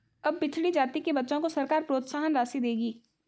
अब पिछड़ी जाति के बच्चों को सरकार प्रोत्साहन राशि देगी